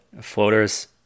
Floaters